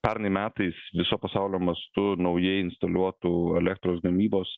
pernai metais viso pasaulio mastu naujai instaliuotų elektros gamybos